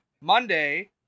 Monday